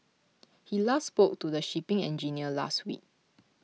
he last spoke to the shipping engineer last week